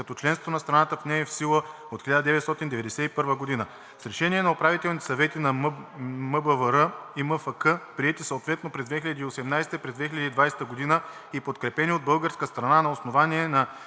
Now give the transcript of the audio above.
като членството на страната в нея е в сила от 1991 г. С решения на управителните съвети на МБВР и на МФК, приети съответно през 2018 г. и през 2020 г. и подкрепени от българска страна на основание на